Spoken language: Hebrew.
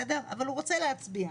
אבל הוא רוצה להצביע,